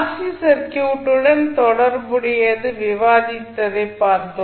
C சர்க்யூட்டுடன் தொடர்புடையது விவாதித்ததை பார்ப்போம்